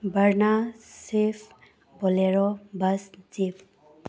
Verna swift bolero bus jeep